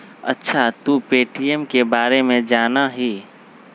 अच्छा तू पे.टी.एम के बारे में जाना हीं?